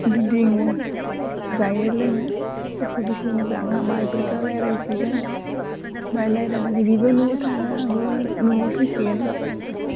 गिदिङो जायो लोङो सुखु दुखु मोजां हामा बेफोरखौ रायलायसिगोन रायलाय रायलाय बिबो न'आव थाङो आंबो न'आव फैसिगोन बास